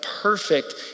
perfect